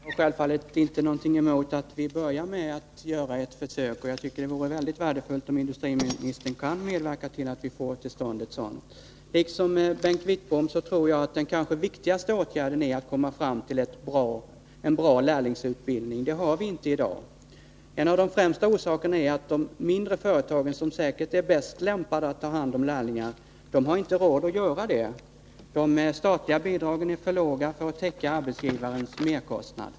Herr talman! Jag har självfallet ingenting emot att man börjar med att göra ett försök. Och jag tror att det vore mycket värdefullt om industriministern kan medverka till att få till stånd ett sådant. Liksom Bengt Wittbom tror jag att den kanske viktigaste åtgärden är att komma fram till en bra lärlingsutbildning — det har vi inte i dag. En av de främsta orsakerna till det är att de mindre företagen — som säkert är bäst lämpade att ta hand om lärlingar — inte har råd att göra det. De statliga bidragen är för låga för att täcka arbetsgivarnas merkostnader.